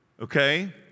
okay